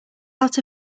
out